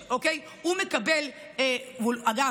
אגב,